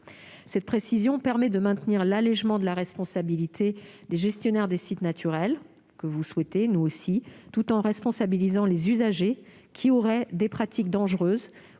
Cette précision permet de maintenir l'allégement de la responsabilité des gestionnaires des sites naturels que, comme nous, vous souhaitez, tout en responsabilisant les usagers qui auraient des pratiques dangereuses